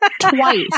Twice